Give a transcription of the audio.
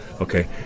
Okay